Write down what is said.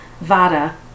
vada